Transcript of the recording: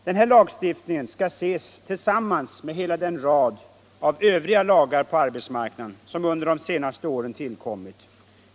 Denna lagstiftning skall ses tillsammans med hela den rad av övriga lagar på arbetsmarknaden som under de senaste åren tillkommit.